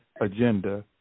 Agenda